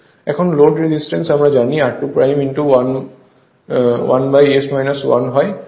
এখন load resistance আমরা জানি r2 1S 1 হয়